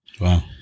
Wow